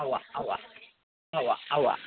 ഉവാ ഉവാ ഉവാ ഉവാ ഉവാ ഉവാ